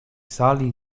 sali